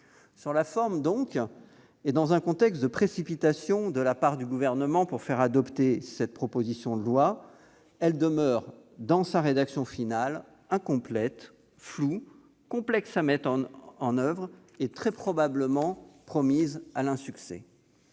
Sur la forme, et dans un contexte de précipitation de la part du Gouvernement pour faire adopter cette proposition de loi, celle-ci demeure dans sa rédaction finale incomplète, floue, complexe à mettre en oeuvre et très probablement promise à l'insuccès.